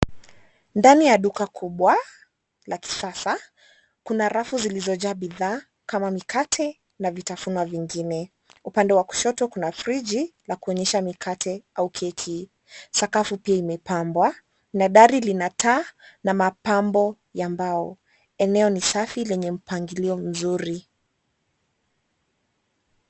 Ndani ya duka kubwa, la kisasa, kuna rafu zilizojaa bidhaa, kama mikate, na vitafunio vingine, upande wa kushoto kuna friji, lakuonyesha mikate au keki, sakafu pia imepambwa, na dari lina taa, na mapambo, ya mbao, eneo ni safi lenye mpangilio mzuri.